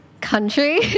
country